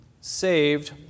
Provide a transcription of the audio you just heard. saved